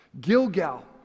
Gilgal